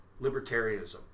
libertarianism